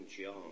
John